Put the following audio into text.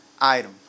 item